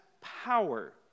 power